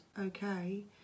okay